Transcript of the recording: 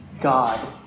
God